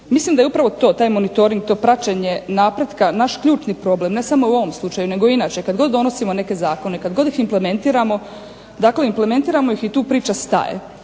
Mislim da je upravo to, taj monitoring, to praćenje napretka naš ključni problem, ne samo u ovom slučaju, nego i inače, kad god donosimo neke zakone, kad god ih implementiramo, dakle implementiramo ih i tu priča staje.